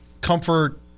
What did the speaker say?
comfort